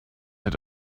had